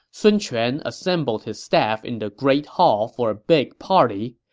sun quan assembled his staff in the great hall for a big party.